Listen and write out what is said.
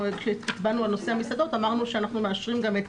כשהצבענו על נושא המסעדות אמרנו שאנחנו מאשרים גם את